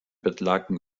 bettlaken